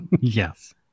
Yes